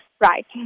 right